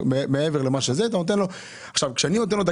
אני אשמח לחלוק כמה